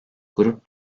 grup